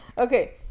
Okay